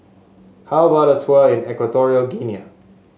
how about a tour in Equatorial Guinea